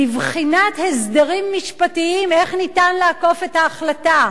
לבחינת הסדרים משפטיים איך ניתן לעקוף את ההחלטה.